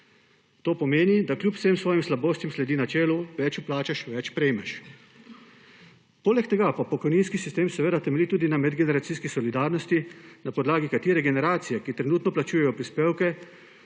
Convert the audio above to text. To pomeni, da kljub vsem svojim slabostim sledi načelu: več vplačaš, več prejemaš. Poleg tega pa pokojninski sistem temelji tudi na medgeneracijski solidarnosti, na podlagi katere generacije, ki trenutno plačujejo prispevke,